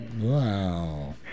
Wow